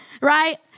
Right